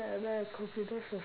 monster machine